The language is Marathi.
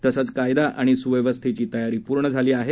तसंच कायदा आणि सुव्यवस्थेची तयारी पूर्ण झाली आहे